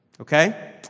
Okay